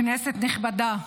כנסת נכבדה,